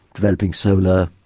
developing solar,